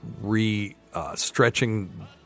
re-stretching